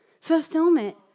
Fulfillment